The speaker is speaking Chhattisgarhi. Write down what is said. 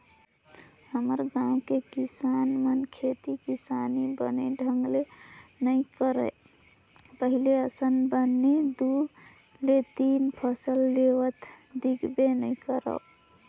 हमर गाँव के किसान मन खेती किसानी बने ढंग ले नइ करय पहिली असन बने दू ले तीन फसल लेवत देखबे नइ करव